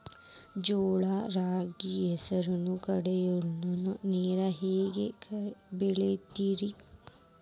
ಜೋಳ, ಗೋಧಿ, ಹೆಸರು, ಕಡ್ಲಿಯನ್ನ ನೇವು ಹೆಂಗ್ ಬೆಳಿತಿರಿ?